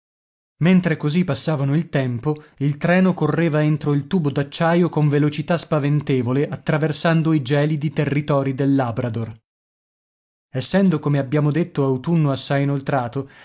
mentre così passavano il tempo il treno correva entro il tubo d'acciaio con velocità spaventevole attraversando i gelidi territori del labrador essendo come abbiamo detto autunno assai inoltrato